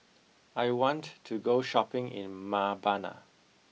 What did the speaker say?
I want to go shopping in Mbabana